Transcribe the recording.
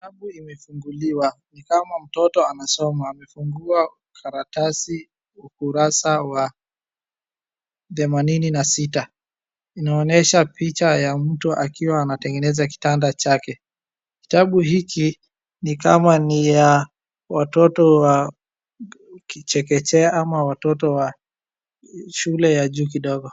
Kitabu imefunguliwa, nikama mtoto anasoma, amefungua karatasi ukurasa wa themanini na sita, inaonyesha picha ya mtu akiwa anatengeneza kitanda chake. Kitabu hiki ni kama ni ya watoto chekechea ama watoto wa shule ya juu kidogo.